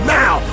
now